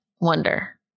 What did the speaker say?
wonder